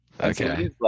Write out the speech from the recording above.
Okay